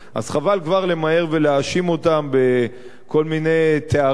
אז חבל כבר למהר ולהאשים אותם בכל מיני תארים